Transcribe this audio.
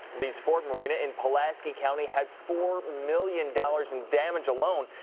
lee's ford marina in pulaski county had four million dollars in damage alone.